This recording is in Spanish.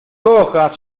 cojas